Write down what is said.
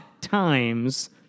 times